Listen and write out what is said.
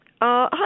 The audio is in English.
Hi